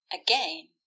Again